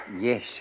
Yes